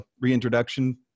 reintroduction